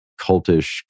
cultish